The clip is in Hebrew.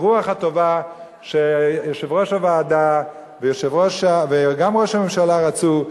הרוח הטובה שיושב-ראש הוועדה וגם ראש הממשלה רצו,